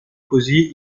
così